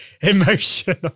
emotional